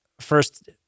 first